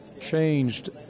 changed